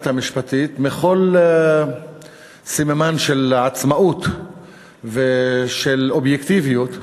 המשפטית מכל סממן של עצמאות ושל אובייקטיביות.